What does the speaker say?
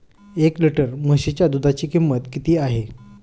एक लिटर म्हशीच्या दुधाची किंमत किती आहे?